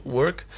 work